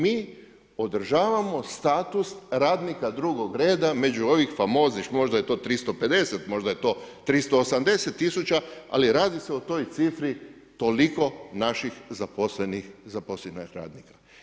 Mi održavamo status radnika drugog reda među ovih famoznih, možda je to 350, možda je to 380 tisuća, ali radi se o toj cifri toliko naših zaposlenih, zaposlenih radnika.